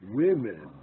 women